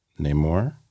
Namor